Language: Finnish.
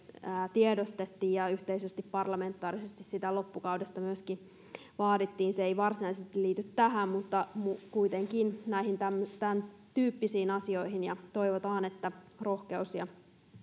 tiedostettiin ja yhteisesti parlamentaarisesti sitä loppukaudesta myöskin vaadittiin se ei varsinaisesti liity tähän mutta kuitenkin näihin tämäntyyppisiin asioihin toivotaan että rohkeus